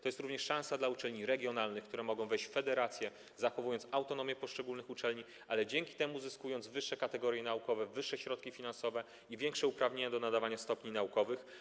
To jest również szansa dla uczelni regionalnych, które mogą wejść w federacje, zachowując autonomię poszczególnych uczelni, ale dzięki temu zyskują wyższe kategorie naukowe, wyższe środki finansowe i większe uprawnienia do nadawania stopni naukowych.